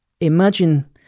imagine